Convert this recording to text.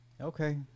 Okay